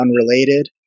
unrelated